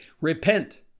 Repent